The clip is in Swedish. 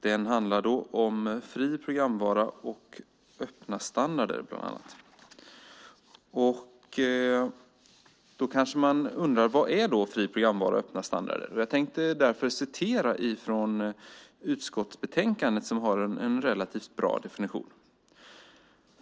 Den handlar om fri programvara och öppna standarder. Då kanske man undrar: Vad är fri programvara och öppna standarder? Jag tänkte citera från utskottsbetänkandet som har en relativt bra definition. "